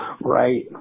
Right